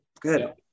good